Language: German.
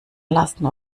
lassen